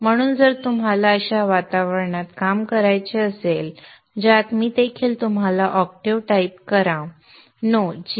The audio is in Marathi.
म्हणून जर तुम्हाला अशा वातावरणात काम करायचे असेल ज्यात मी देखील तुम्हाला ऑक्टेव्ह टाइप करा नो gui